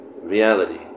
Reality